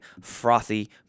frothy